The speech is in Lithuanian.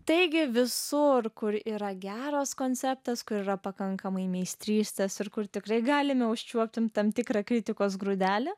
taigi visur kur yra geras konceptas kur yra pakankamai meistrystės ir kur tikrai galime užčiuopti tam tikrą kritikos grūdelį